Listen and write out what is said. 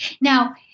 Now